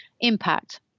impact